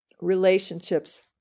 relationships